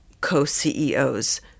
co-CEOs